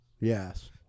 yes